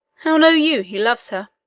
how know you he loves her?